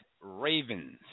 Ravens